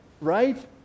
Right